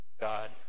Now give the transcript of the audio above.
God